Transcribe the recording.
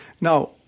Now